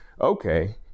okay